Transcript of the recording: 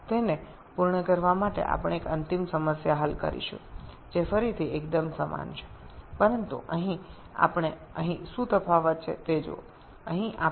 এটি শেষ করার জন্য আমরা একটি অন্তিম সমস্যা সমাধান করব যা আবার বেশ অনুরূপ তবে এখানে আমাদের কী পার্থক্য তা এখানে দেখুন